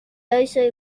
also